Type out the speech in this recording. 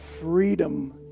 freedom